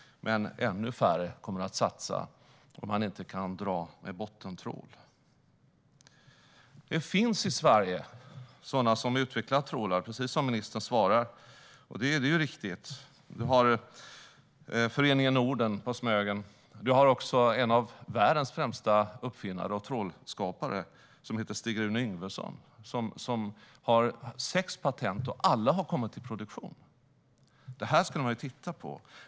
Men ännu färre kommer att satsa om man inte kan dra med bottentrål. I Sverige finns det sådana som utvecklar trålar, precis som ministern har svarat. Det är riktigt. Vi har Fiskareföreningen Norden i Smögen. Vi har också en av världens främsta uppfinnare och trålskapare, som heter Stig Rune Yngvesson. Han har sex patent på redskap, och alla har kommit i produktion. Det skulle man titta på.